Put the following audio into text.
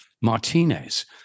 Martinez